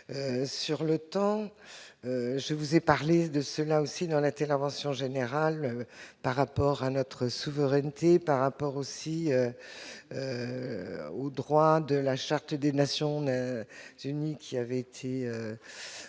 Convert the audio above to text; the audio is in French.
sur le temps, je vous ai parlé de cela aussi dans l'intervention général par rapport à notre souveraineté par rapport aussi au droit de la charte des Nations ne sait ni qui avait été que